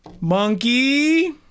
monkey